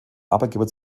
arbeitgeber